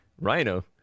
Rhino